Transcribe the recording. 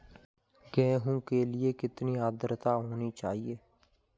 गेहूँ के लिए कितनी आद्रता होनी चाहिए?